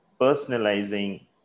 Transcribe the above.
personalizing